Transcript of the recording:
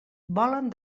volen